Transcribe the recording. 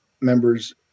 members